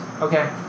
Okay